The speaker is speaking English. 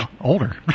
older